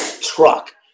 truck